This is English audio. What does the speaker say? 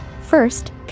First